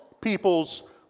people's